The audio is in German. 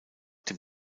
dem